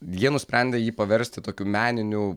jie nusprendė jį paversti tokiu meniniu